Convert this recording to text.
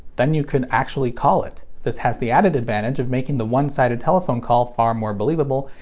then you could actually call it. this has the added advantage of making the one-sided telephone call far more believable,